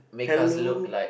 hello